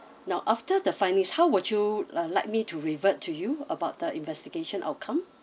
now after the find is how would you uh like me to revert to you about the investigation outcome